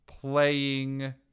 playing